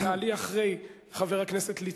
את תעלי אחרי חבר הכנסת ליצמן.